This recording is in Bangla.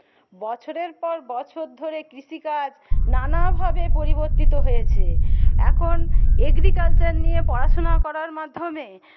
বছরের পর বছর ধরে কৃষিকাজ নানাভাবে পরিবর্তিত হয়েছে এখন এগ্রিকালচার নিয়ে পড়াশুনা করার মাধ্যমে